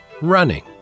Running